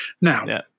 Now